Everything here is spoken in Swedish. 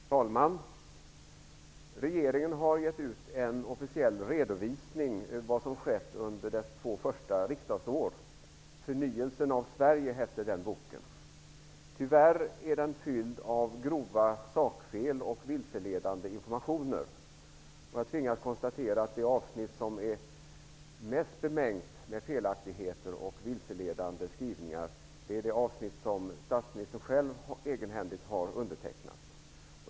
Fru talman! Regeringen har gett ut en officiell redovisning av vad som skett under dess två första riksdagsår. Förnyelsen av Sverige hette den boken. Tyvärr är den fylld av grova sakfel och vilseledande information. Jag tvingas konstatera att det avsnitt som är mest bemängt med felaktigheter och vilseledande skrivningar är det avsnitt som statsministern egenhändigt har undertecknat.